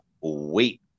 wait